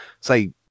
say